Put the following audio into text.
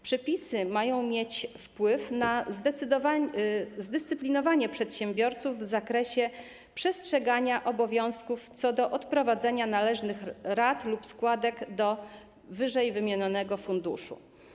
Przepisy mają mieć wpływ na zdyscyplinowanie przedsiębiorców w zakresie przestrzegania obowiązków co do odprowadzania należnych rat lub składek do ww. funduszu.